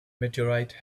meteorite